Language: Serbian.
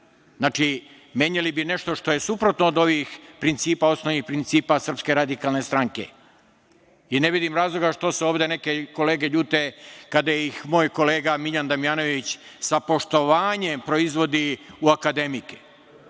Znači, menjali bi nešto što je suprotno od osnovnih principa SRS.Ne vidim razloga što se ovde neke kolege ljute kada ih moj kolega Miljan Damjanović sa poštovanjem proizvodi u akademike,